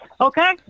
okay